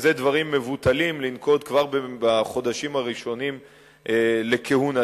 שאלה דברים מבוטלים לנקוט כבר בחודשים הראשונים לכהונתה.